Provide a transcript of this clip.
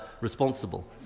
responsible